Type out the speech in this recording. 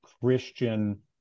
Christian